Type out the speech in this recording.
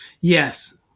Yes